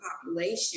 population